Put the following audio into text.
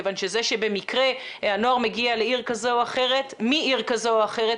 כיוון שזה שבמקרה הנוער מגיע לעיר כזו או אחרת מעיר כזו או אחרת,